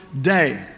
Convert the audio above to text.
day